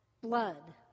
blood